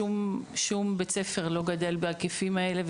שום בית ספר לא גדל בהיקפים האלה,